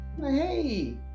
hey